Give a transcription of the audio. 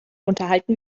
unterhalten